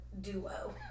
duo